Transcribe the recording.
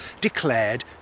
declared